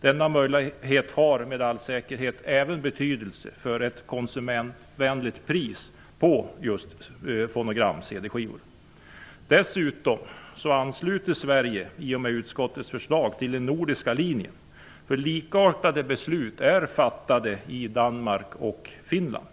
Denna möjlighet har med all säkerhet även betydelse för ett konsumentvänligt pris på just fonogram/CD-skivor. Dessutom ansluter Sverige i och med utskottets förslag till den nordiska linjen. Likartade beslut är fattade i Danmark och Finland.